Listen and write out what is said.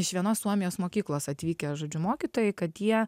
iš vienos suomijos mokyklos atvykę žodžiu mokytojai kad jie